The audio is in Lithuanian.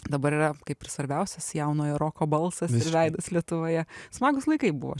dabar yra kaip ir svarbiausias jaunojo roko balsas veidas lietuvoje smagūs laikai buvo